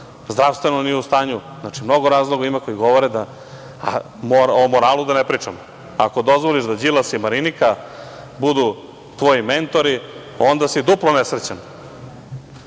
zdravstveno nije u stanju. Mnogo ima razloga koji govore, a moralu i da ne pričamo. Ako dozvoliš da Đilas i Marinika budu tvoji mentori, onda si duplo nesrećan. Kada